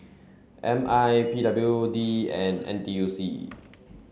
M I P W D and N T U C